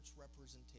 representation